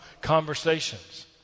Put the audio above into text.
conversations